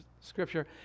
scripture